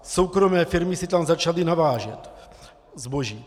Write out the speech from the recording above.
Soukromé firmy si tam začaly navážet zboží.